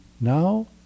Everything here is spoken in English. Now